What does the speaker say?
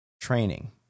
training